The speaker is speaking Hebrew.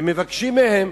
ומבקשים מהם,